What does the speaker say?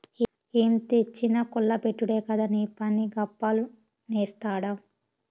ఏం తెచ్చినా కుల్ల బెట్టుడే కదా నీపని, గప్పాలు నేస్తాడావ్